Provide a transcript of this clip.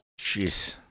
Jeez